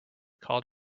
called